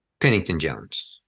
Pennington-Jones